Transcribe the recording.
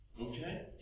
Okay